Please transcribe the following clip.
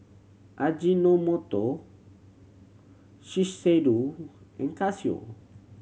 Ajinomoto Shiseido and Casio